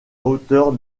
hauteur